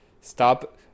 Stop